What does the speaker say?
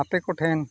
ᱟᱯᱮ ᱠᱚᱴᱷᱮᱱ